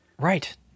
right